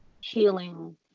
healing